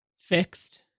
fixed